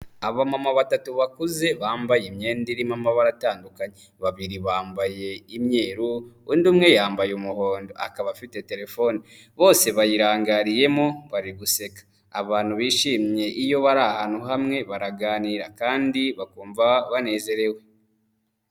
Abamama batatu bakuze bambaye imyenda irimo amabara atandukanye, babiri bambaye imyeru, undi umwe yambaye umuhondo akaba afite telefone, bose bayirangariyemo, bari guseka. Abantu bishimye iyo bari ahantu hamwe baraganira kandi bakumva banezerewe.